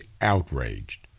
outraged